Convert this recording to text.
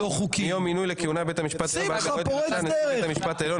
חשוב לדון על זה במסגרת ה --- ברור,